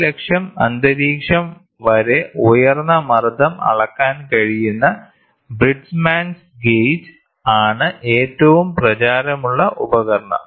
1 ലക്ഷം അന്തരീക്ഷം വരെ ഉയർന്ന മർദ്ദം അളക്കാൻ കഴിയുന്ന ബ്രിഡ്ജ്മാൻ ഗേജ് Bridgemans gauge ആണ് ഏറ്റവും പ്രചാരമുള്ള ഉപകരണം